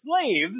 slaves